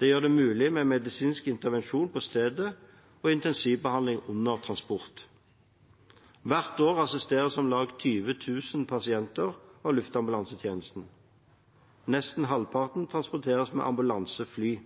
Det gjør det mulig med medisinsk intervensjon på stedet og intensivbehandling under transport. Hvert år assisteres om lag 20 000 pasienter av Luftambulansetjenesten. Nesten halvparten transporteres med ambulansefly.